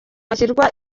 hashyirwa